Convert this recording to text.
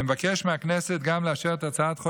אני מבקש מהכנסת גם לאשר את הצעת החוק